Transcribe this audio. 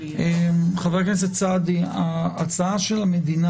חבר הכנסת סעדי, ההצעה של המדינה